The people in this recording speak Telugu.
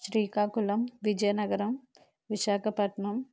శ్రీకాకుళం విజయ్ నగరం విశాఖపట్నం